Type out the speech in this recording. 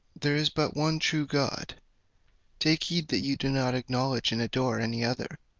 there is but one true god take heed that you do not acknowledge and adore any other